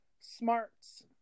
smarts